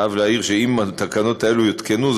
אני חייב להעיר שאם התקנות האלה יותקנו,